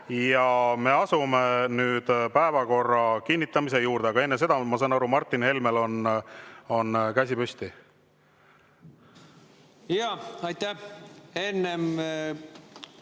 ja me asume nüüd päevakorra kinnitamise juurde. Aga enne seda, ma saan aru, Martin Helmel on käsi püsti. Aitäh! Enne